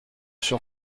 sur